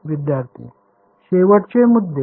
विद्यार्थी शेवटचे मुद्दे